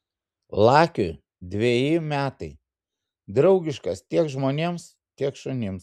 lakiui dveji metai draugiškas tiek žmonėms tiek šunims